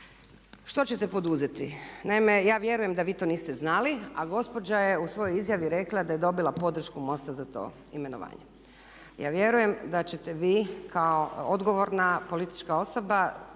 Što ćete poduzeti? Naime, ja vjerujem da vi to niste znali a gospođa je u svojoj izjavi da je dobila podršku MOST-a za to imenovanje. Ja vjerujem da ćete vi kao odgovorna politička osoba